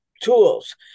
tools